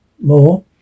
more